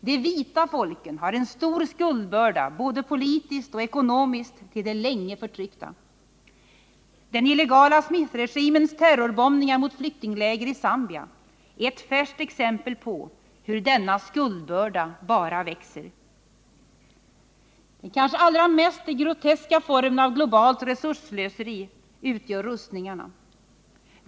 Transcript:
De vita folken har en stor skuldbörda både politiskt och ekonomiskt till de länge förtryckta. Den illegala Smithregimens terrorbombningar mot flyktingläger i Zambia är ett färskt exempel på hur denna skuldbörda bara växer. Den kanske allra mest groteska formen av globalt resursslöseri utgör rustningarna.